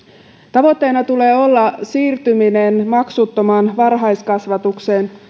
tavoitteena tulee olla siirtyminen maksuttomaan varhaiskasvatukseen